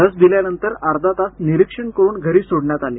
लस दिल्यानंतर अर्धा तास निरीक्षण करून घरी सोडण्यात आले